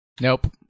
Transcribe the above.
Nope